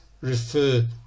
refer